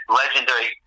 legendary